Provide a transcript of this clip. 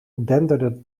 denderde